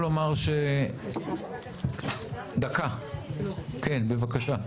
חיים קפאח, בבקשה.